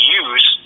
use